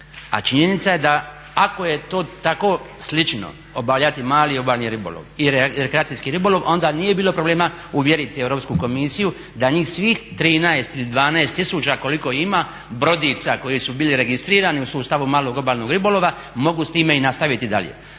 A činjenica da ako je to tako slično obavljati mali obalni ribolov i rekreacijski ribolov onda nije bilo problema uvjeriti Europsku komisiju da njih svih 13 iz 12 tisuća koliko ima brodica koje su bile registrirane u sustavu malog obalnog ribolova mogu s time nastaviti i dalje.